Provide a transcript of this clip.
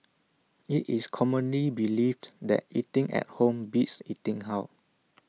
IT is commonly believed that eating at home beats eating out